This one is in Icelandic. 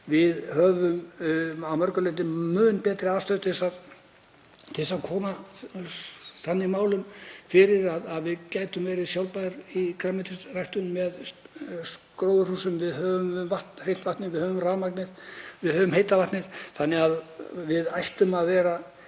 Við höfum að mörgu leyti mun betri aðstöðu til að koma málum þannig fyrir að við gætum verið sjálfbær í grænmetisræktun með gróðurhúsum. Við höfum hreint vatn, við höfum rafmagnið, við höfum heita vatnið þannig að við ættum að vera